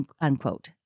unquote